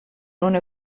ona